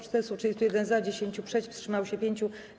431 - za, 10 - przeciw, wstrzymało się 5.